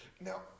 Now